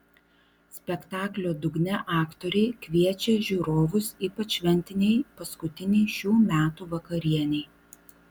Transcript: spektaklio dugne aktoriai kviečia žiūrovus ypač šventinei paskutinei šių metų vakarienei